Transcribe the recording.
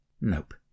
Nope